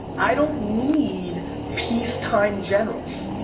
i don't need peacetime generals,